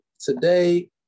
today